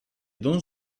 don